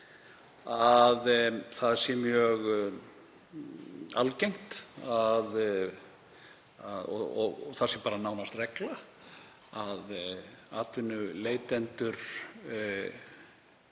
að það sé mjög algengt og nánast regla að atvinnuleitendur